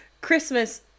Christmas